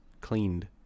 cleaned